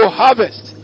harvest